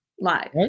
live